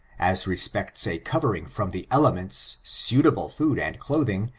as respects a covering from the elements, suita ble food and clothing,